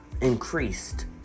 increased